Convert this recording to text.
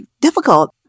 difficult